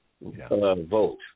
vote